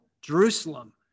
Jerusalem